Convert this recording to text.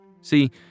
See